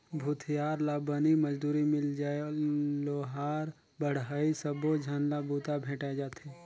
भूथियार ला बनी मजदूरी मिल जाय लोहार बड़हई सबो झन ला बूता भेंटाय जाथे